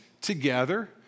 together